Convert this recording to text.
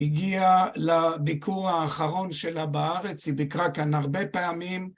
הגיעה לביקור האחרון שלה בארץ, היא ביקרה כאן הרבה פעמים.